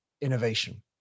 innovation